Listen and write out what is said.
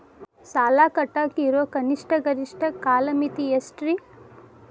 ಸಾಲ ಕಟ್ಟಾಕ ಇರೋ ಕನಿಷ್ಟ, ಗರಿಷ್ಠ ಕಾಲಮಿತಿ ಎಷ್ಟ್ರಿ?